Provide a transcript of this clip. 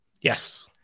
Yes